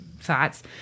thoughts